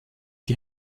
die